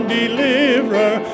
deliverer